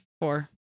four